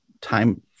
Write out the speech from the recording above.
time